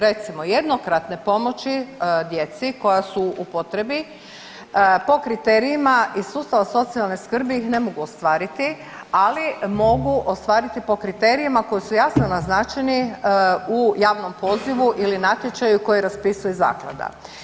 Recimo, jednokratne pomoći djeci koja su u potrebi po kriterijima iz sustava socijalne skrbi ne mogu ostvariti, ali mogu ostvariti po kriterijima koji su jasno naznačeni u javnom pozivu ili natječaju koji raspisuje zaklada.